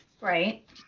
right